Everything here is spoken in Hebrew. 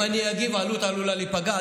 אם אני אגיב, אלו"ט עלולה להיפגע.